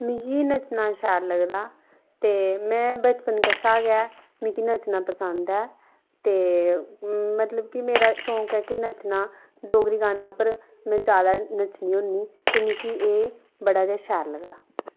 मिगी नच्चना शैल लगदा ते में बचपन कशा गै मिगी नच्चना पसंद ऐ ते मतलब कि मेरा शौक ऐ कि नच्चना डोगरी गाने उप्पर में ज्यादा नच्चनी होन्नीं ते मिकी ऐ बड़ा गै शैल लगदा